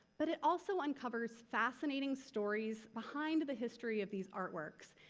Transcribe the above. but, it also uncovers fascinating stories behind the history of these artworks.